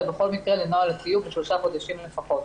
בכל מקרה לנוהל התיוג לשלושה חודשים לפחות.